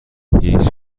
هیچ